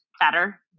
Better